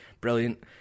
brilliant